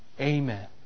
Amen